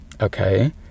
okay